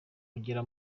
bagera